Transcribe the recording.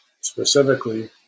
specifically